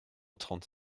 trente